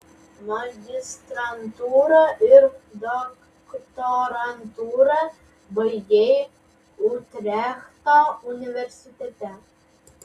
magistrantūrą ir doktorantūrą baigei utrechto universitete